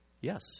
Yes